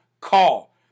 call